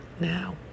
now